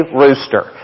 rooster